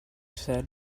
said